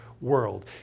world